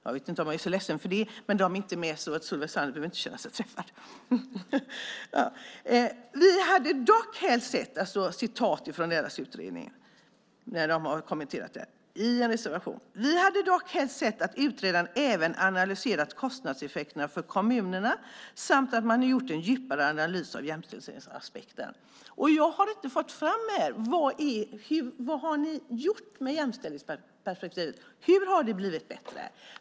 Jag vet inte om jag är så ledsen för att man inte är med, men Solveig Zander behöver inte känna sig träffad. Så här skriver de: Vi hade dock helst sett att utredaren även hade analyserat kostnadseffekterna för kommunerna samt gjort en djupare analys av jämställdhetsaspekten. Jag har inte fått fram vad ni har gjort när det gäller jämställdhetsperspektivet. Hur har det blivit bättre?